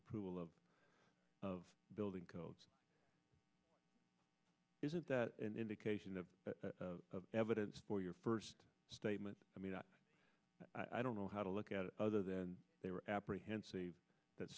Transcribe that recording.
approval of of building codes isn't that an indication of evidence for your first statement i mean i don't know how to look at it other than they were apprehensive that